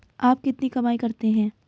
आप कितनी कमाई करते हैं?